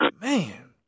Man